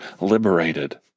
liberated